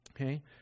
Okay